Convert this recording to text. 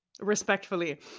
respectfully